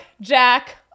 Jack